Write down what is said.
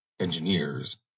engineers